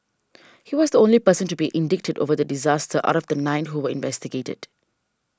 he was the only person to be indicted over the disaster out of the nine who were investigated